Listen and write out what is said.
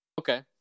okay